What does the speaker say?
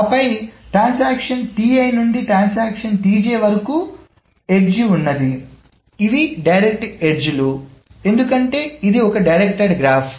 ఆపై లావాదేవి నుండి ట్రాన్సాక్షన్ వరకు అంచు ఉన్నది ఇవి డైరెక్ట్డ్ ఎడ్జ్ లు ఎందుకంటే ఇది డైరెక్ట్డ్ గ్రాఫ్